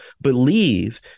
believe